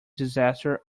disaster